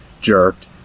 jerked